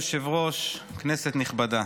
אדוני היושב-ראש, כנסת נכבדה,